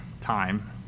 time